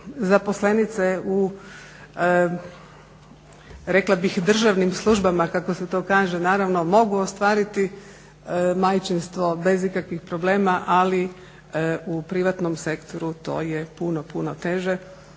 zaposlenice u rekla bih državnim službama kako se to kaže, naravno mogu ostvariti majčinstvo bez ikakvih problema ali u privatnom sektoru to je puno, puno teže